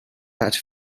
batch